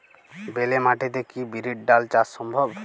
বেলে মাটিতে কি বিরির ডাল চাষ সম্ভব?